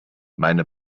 meine